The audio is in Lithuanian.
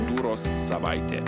kultūros savaitė